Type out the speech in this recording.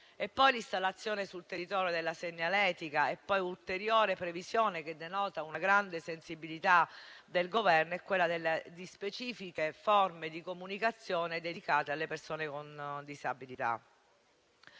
poi l'installazione sul territorio della segnaletica. Un'ulteriore previsione che denota una grande sensibilità del Governo è quella di specifiche forme di comunicazione dedicate alle persone con disabilità.